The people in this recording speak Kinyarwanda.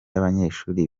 abanyeshuri